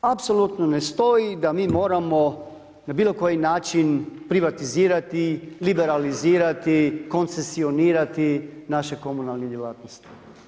Apsolutno ne stoji da mi moramo na bilo koji način privatizirati, liberalizirati, koncesionirati naše komunalne djelatnosti.